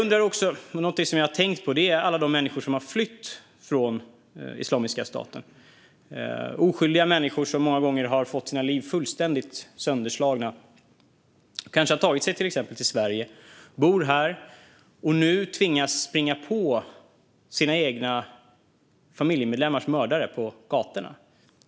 Någonting som jag har tänkt på är alla de människor som har flytt från Islamiska staten, oskyldiga människor som många gånger har fått sina liv fullständigt sönderslagna. De har kanske tagit sig till exempel till Sverige, bor här och tvingas nu springa på sina egna familjemedlemmars mördare på gatorna.